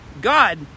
God